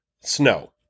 snow